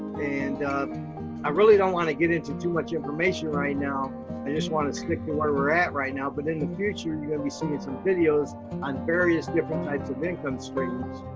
and i really don't wanna get into too much information right now, i just wanna stick to where we're at right now, but in the future, you're gonna be seeing some videos on various different types of income streams,